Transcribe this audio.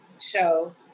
show